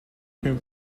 cream